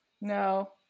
no